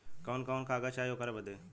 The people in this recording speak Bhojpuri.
कवन कवन कागज चाही ओकर बदे?